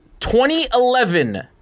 2011